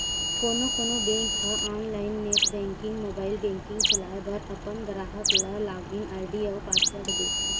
कोनो कोनो बेंक ह online net banking, mobile banking चलाए बर अपन गराहक ल लॉगिन आईडी अउ पासवर्ड देथे